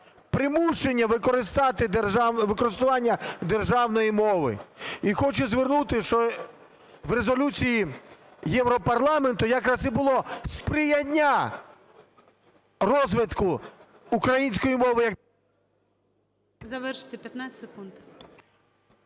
примушення використання державної мови. І хочу звернутись, що в резолюції Європарламенту якраз і було сприяння розвитку української мови